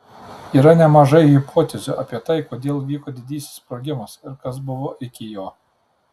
yra nemažai hipotezių apie tai kodėl įvyko didysis sprogimas ir kas buvo iki jo